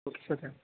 okay సరే